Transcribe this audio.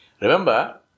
Remember